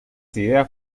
ideas